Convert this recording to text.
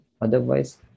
Otherwise